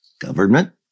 government